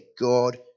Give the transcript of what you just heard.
God